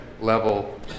level